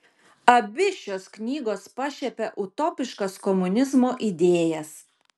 abi šios knygos pašiepia utopiškas komunizmo idėjas